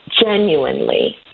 genuinely